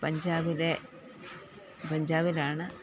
പഞ്ചാബിലെ പഞ്ചാബിലാണ്